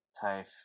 type